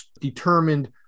determined